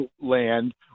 land